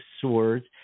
swords